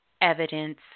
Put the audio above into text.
evidence